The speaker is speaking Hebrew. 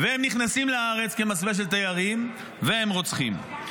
והם נכנסים לארץ במסווה של תיירים, והם רוצחים.